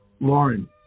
Lauren